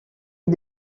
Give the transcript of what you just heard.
est